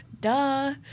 Duh